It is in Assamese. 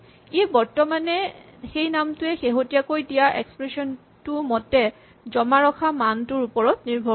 ই বৰ্তমানে সেই নামটোৱে শেহতীয়াকৈ দিয়া এক্সপ্ৰেচন টো মতে জমা ৰখা মানটোৰ ওপৰত নিৰ্ভৰ কৰে